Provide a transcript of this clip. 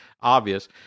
obvious